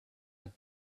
have